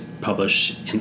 publish